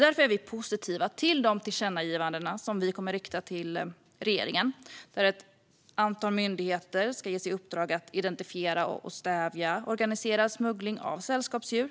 Därför är vi positiva till de tillkännagivanden som vi kommer att rikta till regeringen, om att ett antal myndigheter ska ges i uppdrag att identifiera och stävja organiserad smuggling av sällskapsdjur.